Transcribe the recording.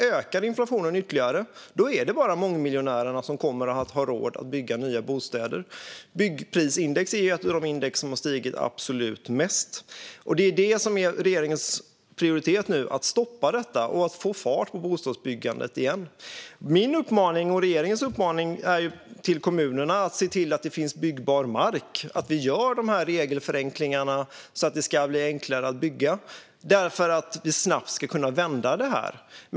Om inflationen ökar ytterligare är det bara mångmiljonärerna som kommer att ha råd att bygga nya bostäder. Och byggprisindex är ett av de index som har stigit absolut mest. Regeringens prioritet nu är att stoppa detta och få fart på bostadsbyggandet igen. Min och regeringens uppmaning till kommunerna är att de ska se till att det finns byggbar mark och att vi gör regelförenklingar så att det ska bli enklare att bygga för att detta snabbt ska kunna vändas.